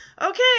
okay